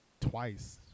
twice